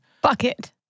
Bucket